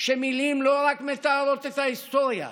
שמילים לא רק מתארות את ההיסטוריה,